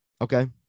okay